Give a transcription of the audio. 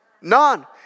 None